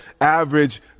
average